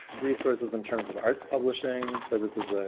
resources in terms of arts publishing. so this is ah